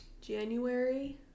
january